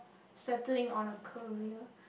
settling on a career